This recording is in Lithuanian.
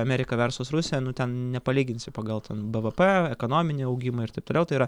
amerika versus rusija nu ten nepalyginsi pagal ten bvp ekonominį augimą ir taip toliau tai yra